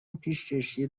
پیشکشی